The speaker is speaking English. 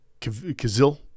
Kazil